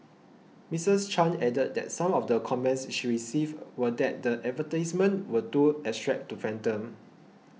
Mrs Chan added that some of the comments she received were that the advertisements were too abstract to fathom